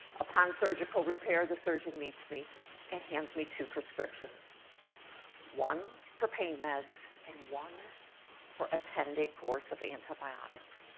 upon surgical repair, the surgeon meets me and hands me two prescriptions one for pain meds and one ah for a ten day course of antibiotics.